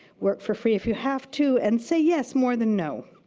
work for free if you have to, and say yes more than no.